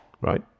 Right